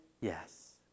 Yes